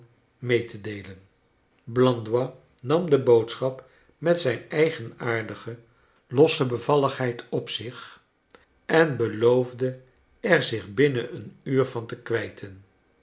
mee te deelen blandois nam de boodschap met zijn eigenaardige losse bevalligheid op kleine dorrit zich en beloofde er zicb binnen een uur van te k